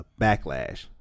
backlash